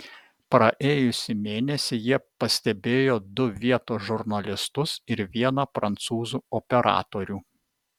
praėjusį mėnesį jie pastebėjo du vietos žurnalistus ir vieną prancūzų operatorių